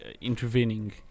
intervening